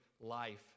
life